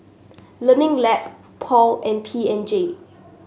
Learning Lab Paul and P and G